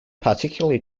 particularly